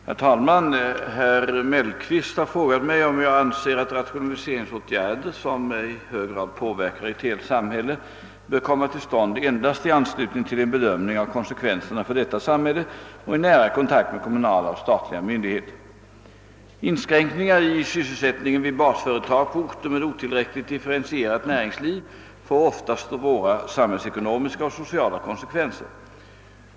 Herr talman! Herr Mellqvist har frågat mig om jag anser att rationaliseringsåtgärder, som i hög grad påverkar ett helt samhälle, bör komma till stånd endast i anslutning till en bedömning av konsekvenserna för detta samhälle och i nära kontakt med kommunala och statliga myndigheter. Inskränkningar i sysselsättningen vid basföretag på orter med otillräckligt differentierat näringsliv får ofta svåra samhällsekonomiska och sociala konsekvenser.